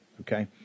okay